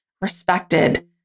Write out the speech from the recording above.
Respected